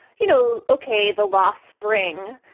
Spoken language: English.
you know, ok, the lost spring,